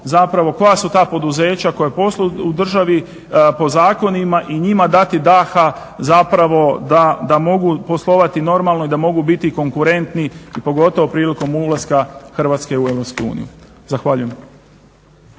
zapravo koja su ta poduzeća koja posluju u državi po zakonima i njima dati daha, zapravo da mogu poslovati normalno i da mogu biti konkurentni, i pogotovo prilikom ulaska Hrvatske u Europsku uniju. Zahvaljujem.